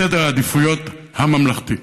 סדר העדיפויות הממלכתי.